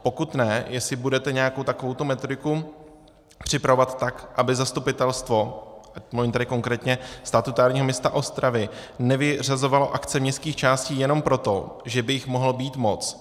Pokud ne, jestli budete nějakou takovouto metodiku připravovat, tak aby zastupitelstvo, mluvím tedy konkrétně statutárního města Ostravy, nevyřazovalo akce městských částí jenom proto, že by jich mohlo být moc.